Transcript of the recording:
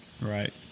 Right